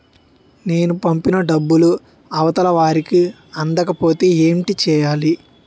నేను పంపిన డబ్బులు అవతల వారికి అందకపోతే ఏంటి చెయ్యాలి?